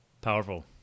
Powerful